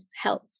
health